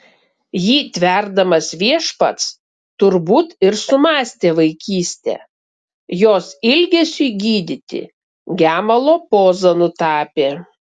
jį tverdamas viešpats turbūt ir sumąstė vaikystę jos ilgesiui gydyti gemalo pozą nutapė